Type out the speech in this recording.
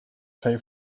pay